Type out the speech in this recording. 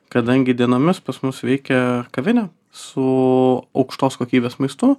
kadangi dienomis pas mus veikia kavinė su aukštos kokybės maistu